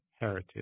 heritage